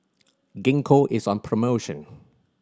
Gingko is on promotion